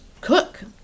cook